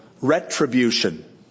retribution